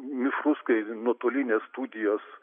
mišrus kai nuotolinės studijos